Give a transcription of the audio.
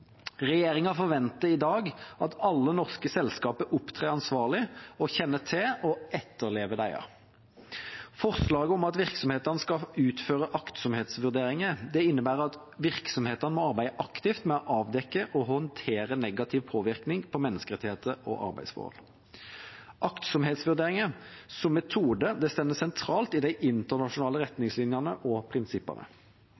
Regjeringa forventer i dag at alle norske selskaper opptrer ansvarlig og kjenner til og etterlever disse prinsippene. Forslaget om at virksomhetene skal utføre aktsomhetsvurderinger, innebærer at virksomhetene må arbeide aktivt med å avdekke og håndtere negativ påvirkning på menneskerettigheter og arbeidsforhold. Aktsomhetsvurderinger som metode står sentralt i de internasjonale